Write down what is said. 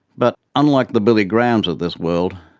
but, unlike the billy grahams of this world,